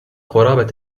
قرابة